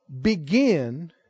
begin